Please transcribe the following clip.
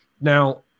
Now